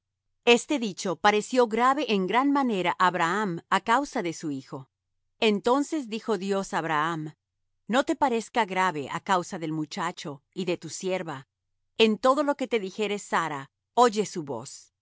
este dicho pareció grave en gran manera á abraham á causa de su hijo entonces dijo dios á abraham no te parezca grave á causa del muchacho y de tu sierva en todo lo que te dijere sara oye su voz